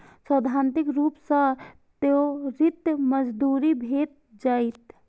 सैद्धांतिक रूप सं त्वरित मंजूरी भेट जायत